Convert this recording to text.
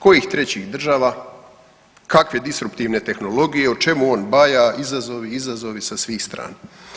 Kojih trećih država, kakve distruktivne tehnologije, o čemu on baja, izazovi, izazovi sa svih strana.